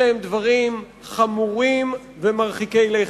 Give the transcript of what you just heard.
אלה הם דברים חמורים ומרחיקי לכת.